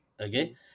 okay